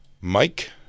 Mike